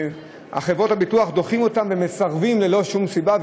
חברות הביטוח דוחות אותם ומסרבות ללא שום סיבה.